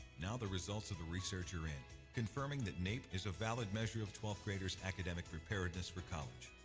now the results of the research are in, confirming that naep is a valid measure of twelfth graders academic preparedness for college.